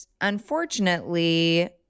unfortunately